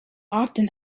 often